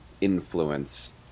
influence